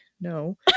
no